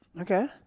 Okay